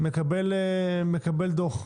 מקבל דוח.